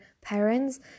parents